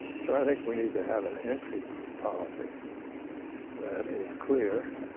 so i think we need to have an entry policy that is clear,